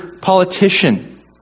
politician